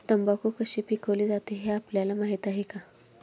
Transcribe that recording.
तंबाखू कशी पिकवली जाते हे आपल्याला माहीत आहे का?